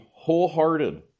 wholehearted